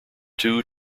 two